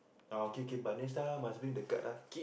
ah okay kay but next time must bring the card ah